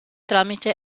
tramite